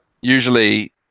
usually